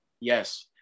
yes